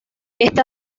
está